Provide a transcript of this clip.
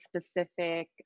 specific